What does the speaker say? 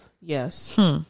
Yes